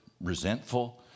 resentful